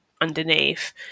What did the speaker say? underneath